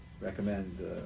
recommend